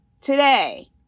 today